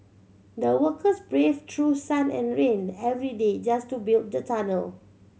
the workers braved sun and rain every day just to build the tunnel